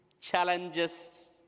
challenges